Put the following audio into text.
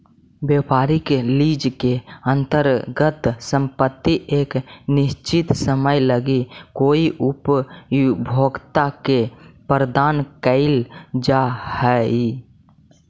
व्यापारिक लीज के अंतर्गत संपत्ति एक निश्चित समय लगी कोई उपभोक्ता के प्रदान कईल जा हई